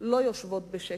לא יושבות בשקט.